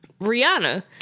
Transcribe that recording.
Rihanna